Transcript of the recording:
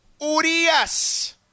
Urias